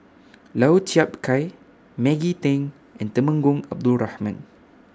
Lau Chiap Khai Maggie Teng and Temenggong Abdul Rahman